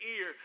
ear